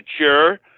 mature